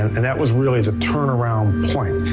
and that was really the turnaround point.